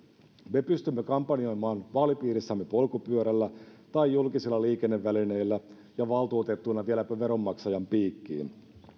me pystymme kampanjoimaan vaalipiirissämme polkupyörällä tai julkisilla liikennevälineillä ja valtuutettuina vieläpä veronmaksajan piikkiin